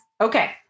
Okay